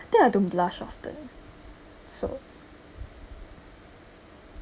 then I don't blush often so